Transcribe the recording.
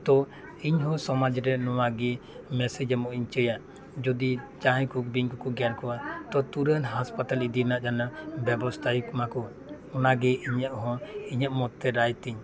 ᱛᱚ ᱤᱧ ᱦᱚᱸ ᱥᱚᱢᱟᱡᱽ ᱨᱮ ᱱᱚᱣᱟ ᱜᱮ ᱢᱮᱥᱮᱡᱽ ᱮᱢᱚᱜ ᱤᱧ ᱪᱟᱹᱭᱟ ᱡᱩᱫᱤ ᱡᱟᱦᱟᱸᱭ ᱠᱚ ᱵᱤᱧ ᱠᱚᱠᱚ ᱜᱮᱨ ᱠᱚᱣᱟ ᱛᱚ ᱛᱩᱨᱟᱹᱱᱛ ᱦᱟᱸᱥᱯᱟᱛᱟᱞ ᱤᱫᱤ ᱨᱮᱱᱟᱜ ᱵᱮᱵᱚᱥᱛᱟᱭ ᱢᱟᱠᱚ ᱚᱱᱟᱜᱮ ᱤᱧᱟᱹᱜ ᱦᱚᱸ ᱤᱧᱟᱹᱜ ᱢᱚᱛ ᱛᱮ ᱨᱟᱭ ᱛᱤᱧ